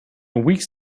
weeks